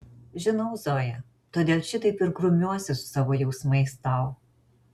žinau zoja todėl šitaip ir grumiuosi su savo jausmais tau